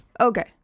okay